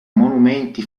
monumenti